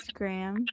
Instagram